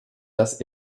dass